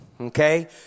okay